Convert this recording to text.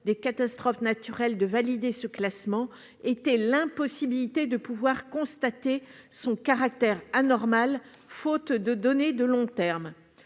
de catastrophe naturelle de valider ce classement était l'impossibilité de pouvoir constater son caractère anormal faute de données de long terme.